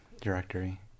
directory